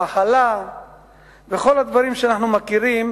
ימי מחלה וכל הדברים שאנחנו מכירים